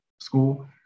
school